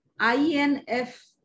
INF